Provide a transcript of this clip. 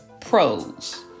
pros